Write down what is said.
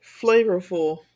flavorful